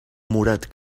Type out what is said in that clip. morat